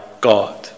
God